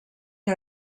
que